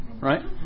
right